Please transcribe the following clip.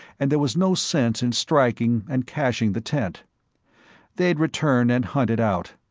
and there was no sense in striking and caching the tent they'd return and hunt it out.